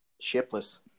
shipless